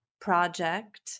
project